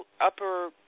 upper